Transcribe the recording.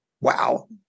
Wow